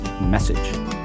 message